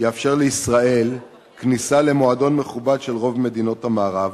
יאפשר לישראל כניסה למועדון מכובד של רוב מדינות המערב,